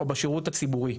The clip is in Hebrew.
או בשירות הציבורי.